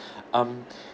um